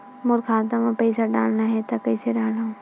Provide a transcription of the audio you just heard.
मोर खाता म पईसा डालना हे त कइसे डालव?